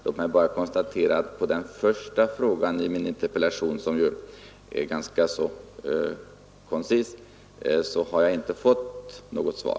Låt mig bara konstatera att jag inte fått något svar på den första frågan i min interpellation, och den var ändå koncist utformad.